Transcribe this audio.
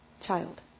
child